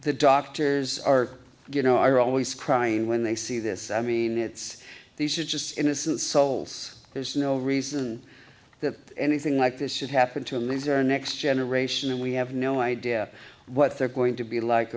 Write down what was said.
the doctors are you know are always crying when they see this i mean it's these are just innocent souls there's no reason that anything like this should happen to him these are next generation and we have no idea what they're going to be like